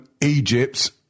Egypt